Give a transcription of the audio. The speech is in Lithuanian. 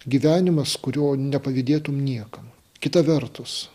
gyvenimas kurio nepavydėtum niekam kita vertus